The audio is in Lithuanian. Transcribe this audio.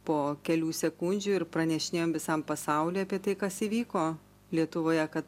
po kelių sekundžių ir pranešinėjom visam pasauliui apie tai kas įvyko lietuvoje kad